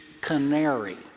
canary